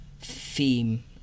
theme